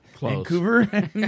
Vancouver